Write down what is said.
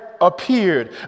Appeared